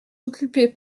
occupez